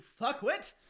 fuckwit